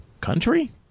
country